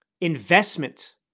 investment